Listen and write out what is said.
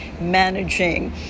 managing